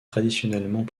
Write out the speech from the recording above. traditionnellement